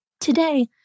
Today